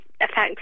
affects